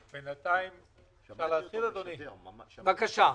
ברק, בבקשה.